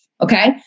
okay